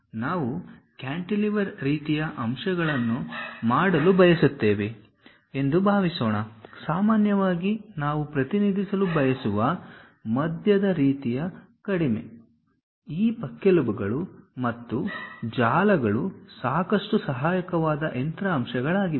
ನಾವು ಕ್ಯಾಂಟಿಲಿವರ್ ರೀತಿಯ ಅಂಶಗಳನ್ನು ಮಾಡಲು ಬಯಸುತ್ತೇವೆ ಎಂದು ಭಾವಿಸೋಣ ಸಾಮಾನ್ಯವಾಗಿ ನಾವು ಪ್ರತಿನಿಧಿಸಲು ಬಯಸುವ ಮಧ್ಯದ ರೀತಿಯ ಕಡಿಮೆ ಈ ಪಕ್ಕೆಲುಬುಗಳು ಮತ್ತು ಜಾಲಗಳು ಸಾಕಷ್ಟು ಸಹಾಯಕವಾದ ಯಂತ್ರ ಅಂಶಗಳಾಗಿವೆ